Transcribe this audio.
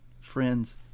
Friends